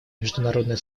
международное